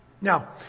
Now